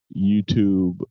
YouTube